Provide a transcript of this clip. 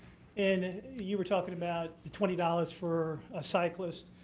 and you were talking about the twenty dollars for a cyclist,